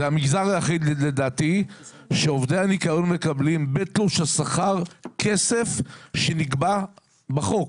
לדעתי זה המגזר היחיד שעובדי הניקיון מקבלים בתלוש השכר כסף שנקבע בחוק.